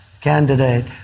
candidate